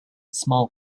small